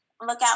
lookout